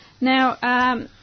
Now